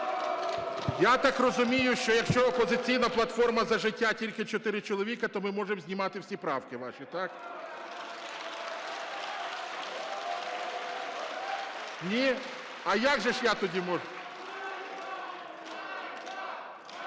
Я так розумію, що якщо "Опозиційна платформа - За життя" тільки чотири чоловіка, то ми можемо знімати всі правки ваші, так? Ні? А як же ж я тоді можу…